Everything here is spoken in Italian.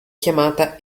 chiamata